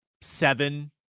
seven